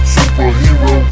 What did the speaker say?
Superhero